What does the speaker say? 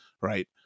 right